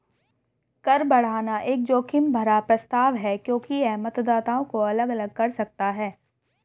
कर बढ़ाना एक जोखिम भरा प्रस्ताव है क्योंकि यह मतदाताओं को अलग अलग कर सकता है